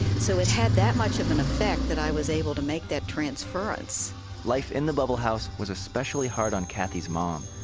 so it had that much of an effect that i was able to make that transference life in the bubble house was especially hard on kathy's mom.